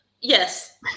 yes